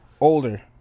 Older